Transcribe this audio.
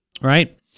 right